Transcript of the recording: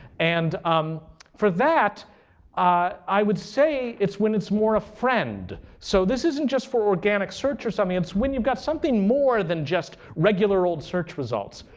and um for that i would say it's when it's a friend. so this isn't just for organic search or something. it's when you've got something more than just regular old search results.